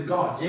God